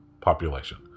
population